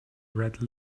red